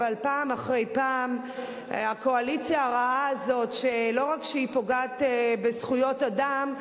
אבל פעם אחר פעם הקואליציה הרעה הזאת לא רק שהיא פוגעת בזכויות אדם,